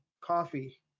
coffee